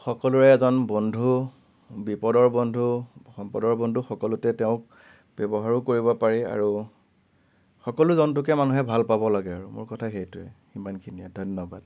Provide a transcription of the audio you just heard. সকলোৰে এজন বন্ধু বিপদৰ বন্ধু সম্পদৰ বন্ধু সকলোতে তেওঁক ব্যৱহাৰো কৰিব পাৰি আৰু সকলো জন্তুকে মানুহে ভাল পাব লাগে আৰু মোৰ কথা সেইটোৱে ইমানখিনিয়ে ধন্যবাদ